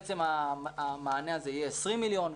בעצם המענה הזה יהיה 20 מיליון,